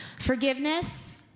Forgiveness